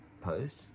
post